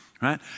right